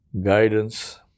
guidance